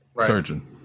Surgeon